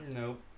Nope